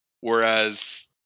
Whereas